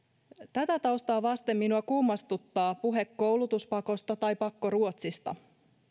tätä taustaa vasten minua kummastuttaa puhe koulutuspakosta tai pakkoruotsista